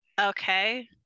okay